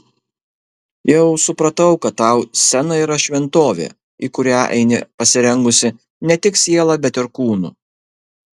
jau supratau kad tau scena yra šventovė į kurią eini pasirengusi ne tik siela bet ir kūnu